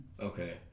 Okay